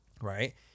Right